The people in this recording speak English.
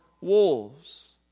wolves